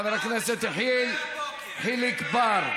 חברי הכנסת, חבר הכנסת יחיאל חיליק בר,